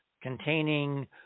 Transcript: containing